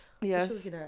Yes